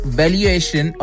valuation